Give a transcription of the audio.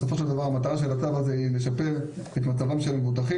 בסופו של דבר המטרה של הצו הזה היא לשפר את מצבם של המבוטחים,